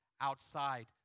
outside